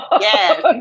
Yes